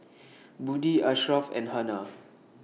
Budi Ashraf and Hana